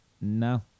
no